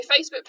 Facebook